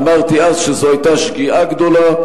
אמרתי אז שזו היתה שגיאה גדולה,